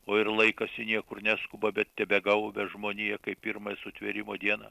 o ir laikas į niekur neskuba bet tebegaubia žmoniją kaip pirmąją sutvėrimo dieną